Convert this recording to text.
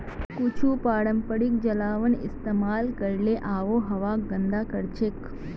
कुछू पारंपरिक जलावन इस्तेमाल करले आबोहवाक गंदा करछेक